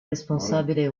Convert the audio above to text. responsabile